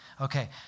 Okay